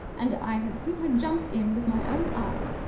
and i had seen her jump in with my own eyes.